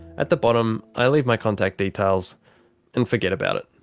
at the bottom, i leave my contact details and forget about it.